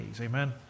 Amen